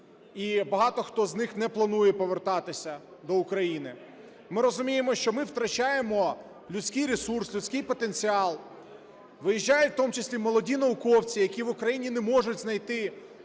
і багато хто з них не планує повертатися до України. Ми розуміємо, що ми втрачаємо людський ресурс, людський потенціал. Виїжджають в тому числі молоді науковці, які в Україні не можуть знайти